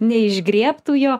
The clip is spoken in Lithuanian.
neišgriebtų jo